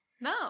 No